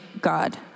God